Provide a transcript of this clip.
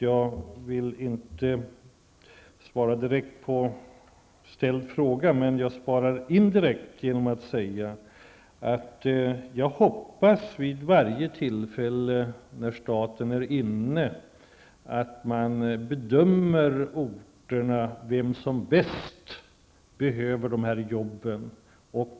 Jag vill inte svara direkt på den ställda frågan men kan svara indirekt genom att säga så här: Jag hoppas att man vid varje tillfälle då staten är inblandad gör en bedömning av de olika orterna för att se vilka som bäst behöver jobben.